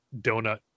donut